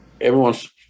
everyone's